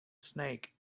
snake